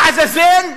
לעזאזל,